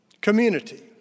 Community